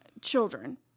children